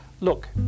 Look